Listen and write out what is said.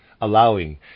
allowing